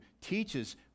teaches